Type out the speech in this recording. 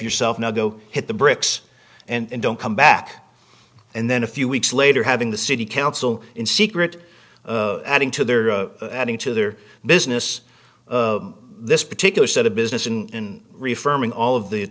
yourself now go hit the bricks and don't come back and then a few weeks later having the city council in secret adding to their adding to their business this particular set of business in reaffirming all of the